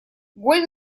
голь